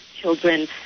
children